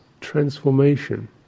transformation